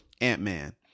Ant-Man